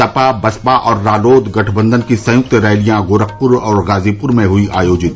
सपा बसपा और रालोद गठबंघन की संयुक्त रैलियां गोरखपुर और गाजीपुर में हई आयोजित